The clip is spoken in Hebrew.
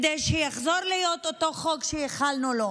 כדי שיחזור להיות אותו חוק שייחלנו לו.